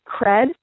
cred